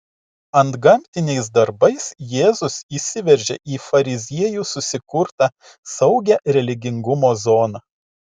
antgamtiniais darbais jėzus įsiveržė į fariziejų susikurtą saugią religingumo zoną